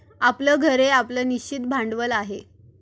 आपलं घर हे आपलं निश्चित भांडवल आहे